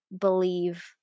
believe